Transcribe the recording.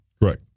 Right